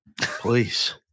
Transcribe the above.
please